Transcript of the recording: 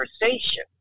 conversation